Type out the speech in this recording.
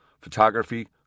photography